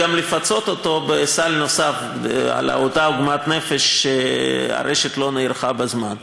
גם לפצות אותו בסל נוסף על אותה עוגמת נפש שהרשת לא נערכה בזמן.